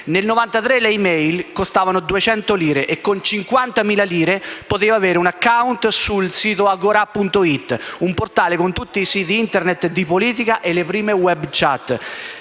Nel 1993 le *e-mail* costavano 200 lire e con 50.000 lire si poteva avere un *account* sul sito «agora.it», un portale con tutti i siti Internet di politica e le prime *web* *chat*;